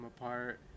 apart